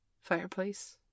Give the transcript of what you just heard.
Fireplace